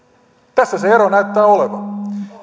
tässä se ero näyttää olevan ja